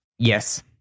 Yes